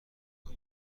نکن